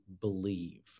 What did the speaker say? believe